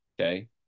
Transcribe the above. Okay